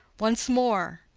once more,